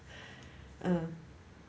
um